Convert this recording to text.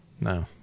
No